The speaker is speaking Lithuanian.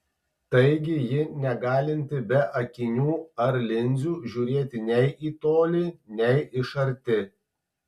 taigi ji negalinti be akinių ar linzių žiūrėti nei į tolį nei iš arti